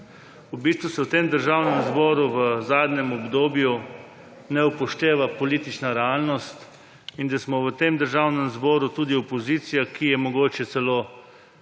V bistvu se v tem državnem zboru v zadnjem obdobju ne upošteva politična realnost in da smo v tem državnem zboru tudi opozicija, ki je mogoče celo